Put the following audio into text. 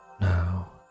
now